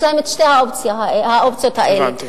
יש להם שתי האופציות האלה, הבנתי.